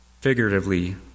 figuratively